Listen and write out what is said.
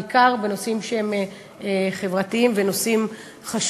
בעיקר בנושאים שהם חברתיים וחשובים.